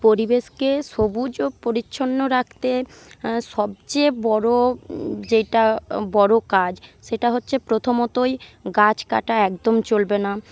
পরিবেশকে সবুজ ও পরিচ্ছন্ন রাখতে সবচেয়ে বড়ো যেইটা বড়ো কাজ সেটা হচ্ছে প্রথমতই গাছ কাটা একদম চলবে না